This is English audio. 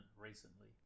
recently